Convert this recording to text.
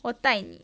我带你